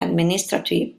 administrative